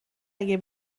اگه